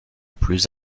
plus